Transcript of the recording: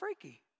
freaky